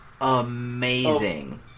amazing